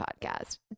podcast